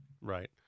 Right